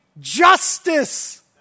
justice